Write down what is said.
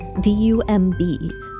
D-U-M-B